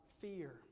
fear